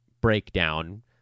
breakdown